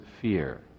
fear